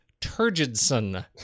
Turgidson